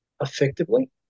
effectively